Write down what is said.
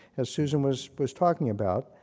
as susan was was talking about.